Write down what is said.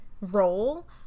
role